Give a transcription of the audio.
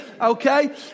okay